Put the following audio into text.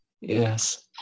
Yes